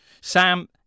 Sam